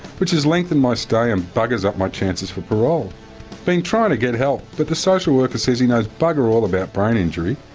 which has lengthened my stay and buggers up my chances for parole. i've been trying to get help but the social worker says he knows bugger all about brain injury.